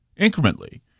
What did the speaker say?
incrementally